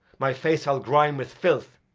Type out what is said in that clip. my face i'll grime with filth,